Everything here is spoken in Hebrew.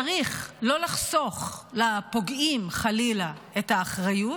צריך לא לחסוך מהפוגעים, חלילה, את האחריות.